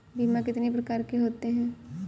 बीमा कितनी प्रकार के होते हैं?